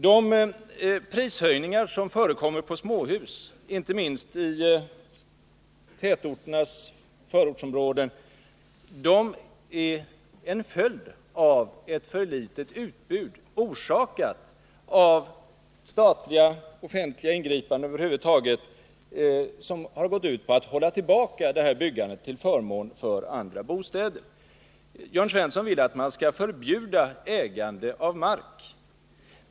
De prishöjningar som förekommer på småhus, inte minst i tätorternas förortsområden, är en följd av ett för litet utbud, orsakat av statliga och offentliga ingripanden, som gått ut på att hålla tillbaka småhusbyggandet till förmån för produktionen av andra bostadstyper. Jörn Svensson vill att man skall förbjuda ägande av mark.